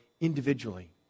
individually